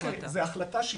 אוקיי, זו החלטה שיפוטית,